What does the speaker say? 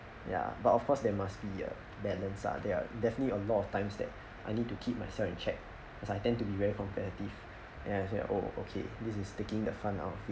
ya but of course there must be a balance lah there are definitely a lot of times that I need to keep myself in check cause I tend to be very competitive then I said oh okay this is taking the fun out of it